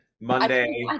Monday